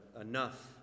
enough